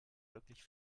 wirklich